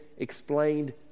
explained